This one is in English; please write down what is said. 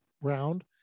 round